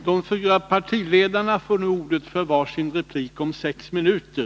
De fyra partiledarna får nu ordet för var sin replik om sex minuter.